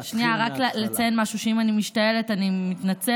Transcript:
שנייה, רק לציין משהו, אם אני משתעלת, אני מתנצלת.